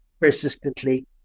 persistently